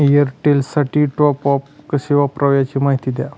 एअरटेलसाठी टॉपअप कसे करावे? याची माहिती द्या